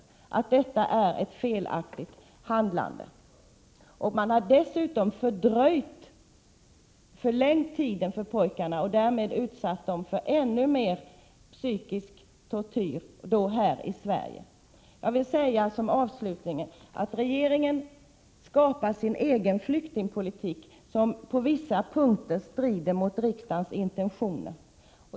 Jag vill alltså mycket klart markera att detta är ett felaktigt handlande. Dessutom har man förlängt handläggningstiden och därmed utsatt pojkarna för ännu mer psykisk tortyr här i Sverige. Som avslutning vill jag säga att regeringen skapar sin egen flyktingpolitik, som på vissa punkter strider mot riksdagens intentioner.